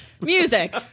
music